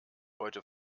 heute